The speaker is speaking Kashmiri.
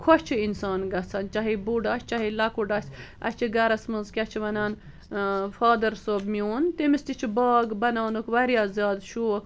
خۄش چھُ اِنسان گژھان چاہے بوٚڑ آسہ چاہے لۄکُٹ آسہ أسۍ چھِ گرس منٛز کیاہ چھِ ونان اں فادر صٲب میون تٔمِس تہِ چھُ باغ بناونُک واریاہ زیادٕ شوق